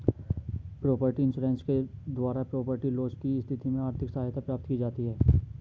property insurance के द्वारा property loss की स्थिति में आर्थिक सहायता प्राप्त की जाती है